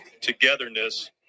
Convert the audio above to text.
togetherness